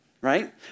right